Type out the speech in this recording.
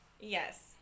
Yes